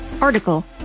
Article